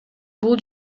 бул